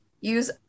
use